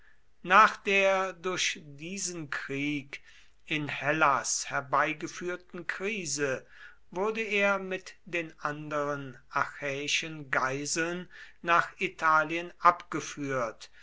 nach der durch diesen krieg in hellas herbeigeführten krise wurde er mit den anderen achäischen geiseln nach italien abgeführt